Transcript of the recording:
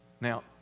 Now